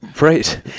right